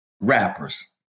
rappers